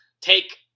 Take